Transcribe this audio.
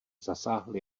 zasáhl